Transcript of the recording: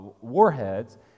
warheads